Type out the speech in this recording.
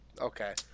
Okay